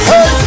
Hey